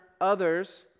others